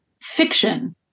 fiction